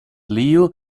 leo